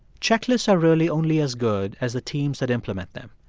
checklists are really only as good as the teams that implement them.